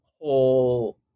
whole